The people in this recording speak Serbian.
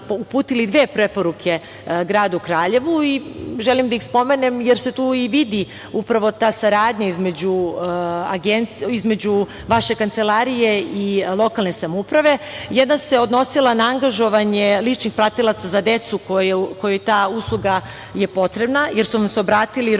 dve preporuke gradu Kraljevu. Želim da ih spomenem jer se tu upravo i vidi ta saradnja između vaše Kancelarije i lokalne samouprave. Jedna se odnosila na angažovanje ličnih pratilaca za decu kojoj je ta usluga potrebna, jer su nam se obratili